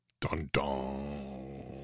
Dun-dun